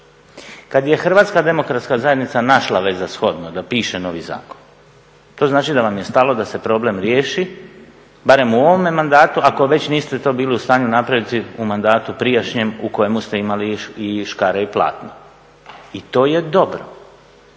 Kad je Hrvatska demokratska zajednica našla već za shodno da piše novi zakon, to znači da nam je stalo da se problem riješi barem u ovome mandatu ako već niste to bili u stanju napraviti u mandatu prijašnjem u kojemu ste imali i škare i platno i to je dobro,